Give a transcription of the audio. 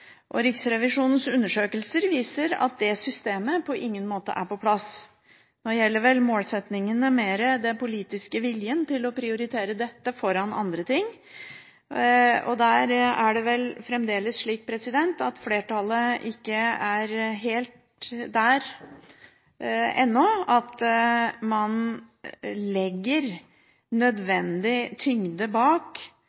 Riksrevisjonens undersøkelser viser at det systemet på ingen måte er på plass. Nå gjelder vel målsettingene mer den politiske viljen til å prioritere dette foran andre ting. Der er det vel fremdeles slik at flertallet ikke er helt der ennå at man legger